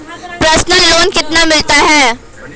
Personal loan कितना मिलता है?